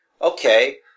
Okay